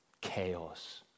Chaos